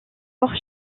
forts